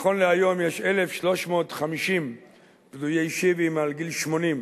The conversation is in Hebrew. נכון להיום יש 1,350 פדויי שבי מעל גיל 80,